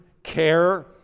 Care